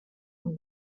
only